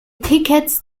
tickets